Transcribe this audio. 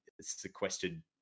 Sequestered